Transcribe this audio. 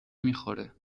میخوره